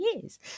years